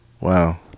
Wow